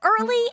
early